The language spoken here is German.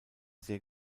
sehr